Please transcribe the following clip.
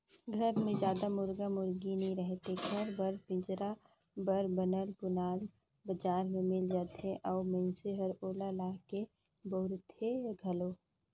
घर मे जादा मुरगा मुरगी नइ रहें तेखर बर पिंजरा हर बनल बुनाल बजार में मिल जाथे अउ मइनसे ह ओला लाके बउरथे घलो